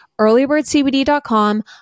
earlybirdcbd.com